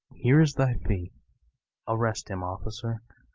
here is thy fee arrest him, officer.